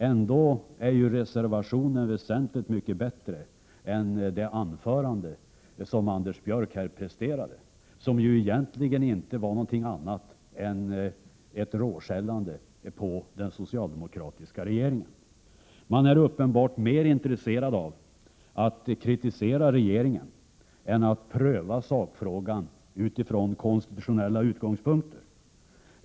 Ändå är reservationen väsentligt bättre än det anförande som Anders Björck här presterade och som egentligen inte var någonting annat än ett råskäll riktat mot den socialdemokratiska regeringen. Det är uppenbart att man är mer intresserad av att kritisera regeringen än av att pröva sakfrågan utifrån konstitutionella utgångspunkter.